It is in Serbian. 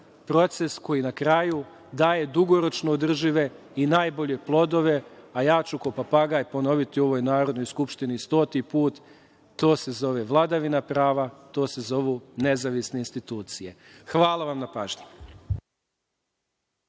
proces koji na kraju daje dugoročno održive i najbolje plodove, a ja ću, kao papagaj, ponoviti u ovoj Narodnoj skupštini stoti put, to se zove vladavina prava, to se zovu nezavisne institucije. Hvala vam na pažnji.